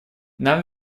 нам